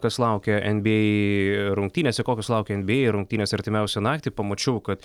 kas laukia nba rungtynėse kokios laukia nba rungtynės artimiausią naktį pamačiau kad